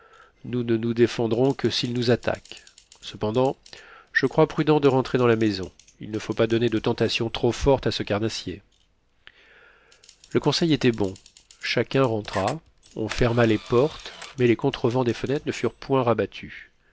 nous ne nous défendrons que s'il nous attaque cependant je crois prudent de rentrer dans la maison il ne faut pas donner de tentations trop fortes à ce carnassier le conseil était bon chacun rentra on ferma les portes mais les contrevents des fenêtres ne furent point rabattus